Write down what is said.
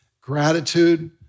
gratitude